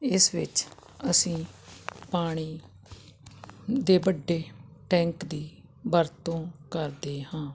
ਇਸ ਵਿੱਚ ਅਸੀਂ ਪਾਣੀ ਦੇ ਵੱਡੇ ਟੈਂਕ ਦੀ ਵਰਤੋਂ ਕਰਦੇ ਹਾਂ